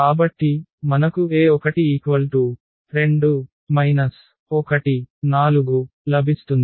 కాబట్టి మనకుTe12 14 లభిస్తుంది